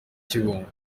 kibungo